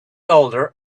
older